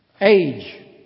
Age